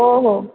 हो हो